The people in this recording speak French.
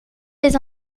les